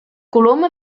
coloma